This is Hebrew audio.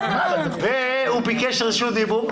והוא ביקש רשות דיבור.